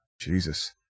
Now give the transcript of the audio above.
jesus